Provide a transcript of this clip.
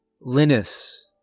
Linus